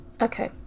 Okay